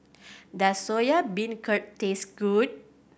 does Soya Beancurd taste good